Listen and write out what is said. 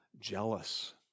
jealous